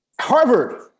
Harvard